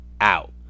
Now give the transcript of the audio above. out